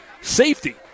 safety